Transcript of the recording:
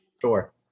Sure